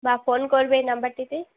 বা ফোন করবে এই নাম্বারটিতে